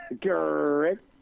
Correct